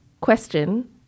Question